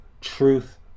Truth